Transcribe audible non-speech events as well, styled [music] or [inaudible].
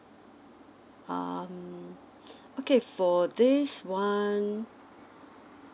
um [breath] okay for this one